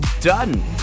done